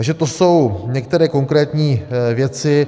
Takže to jsou některé konkrétní věci.